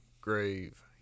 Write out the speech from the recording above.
Grave